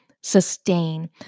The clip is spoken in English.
sustain